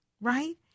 right